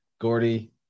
Gordy